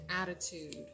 attitude